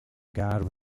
god